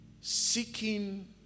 seeking